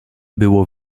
było